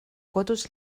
kodus